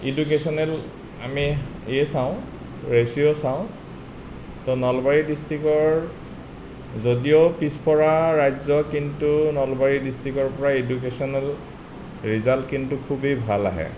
educational আমি ইয়ে চাওঁ ৰেচিঅ' চাওঁ তো নলবাৰী ডিষ্ট্ৰিকৰ যদিও পিছপৰা ৰাজ্য কিন্তু নলবাৰী ডিষ্ট্ৰিকৰ পৰাই ইডুকেচনেল ৰিজাল্ট কিন্তু খুবেই ভাল আহে